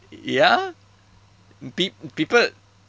ya peo~ people